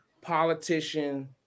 politician